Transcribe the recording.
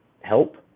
help